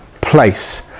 place